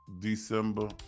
December